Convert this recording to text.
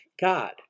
God